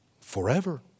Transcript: forever